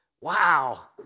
Wow